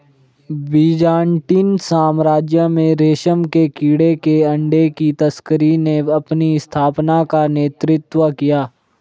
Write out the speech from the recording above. Byzantine साम्राज्य में रेशम के कीड़े के अंडे की तस्करी ने अपनी स्थापना का नेतृत्व किया